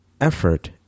effort